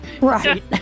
Right